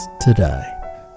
today